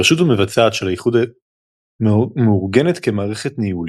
הרשות המבצעת של האיחוד מאורגנת כמערכת ניהולית,